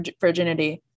virginity